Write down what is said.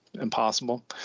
impossible